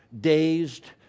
dazed